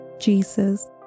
Jesus